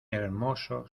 hermoso